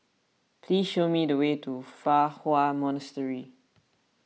please show me the way to Fa Hua Monastery